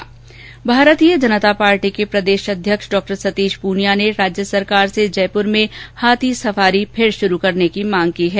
भारतीय जनता पार्टी के प्रदेश अध्यक्ष डॉ सतीश पूनिया ने राज्य सरकार से जयपुर में हाथी सफारी फिर से शुरू करने की मांग की है